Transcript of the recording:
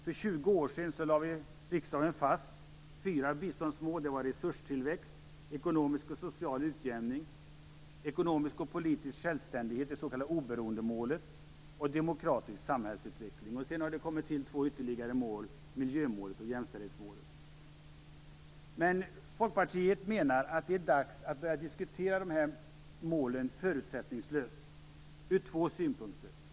För 20 år sedan lade riksdagen fast fyra biståndsmål. Det var resurstillväxt, ekonomisk och social utjämning, ekonomisk och politisk självständighet - det s.k. oberoendemålet - och demokratisk samhällsutveckling. Sedan har det kommit till ytterligare två mål - miljömålet och jämställdhetsmålet. Folkpartiet menar att det är dags att börja diskutera dessa mål förutsättningslöst ur två synvinklar.